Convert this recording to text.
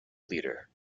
leader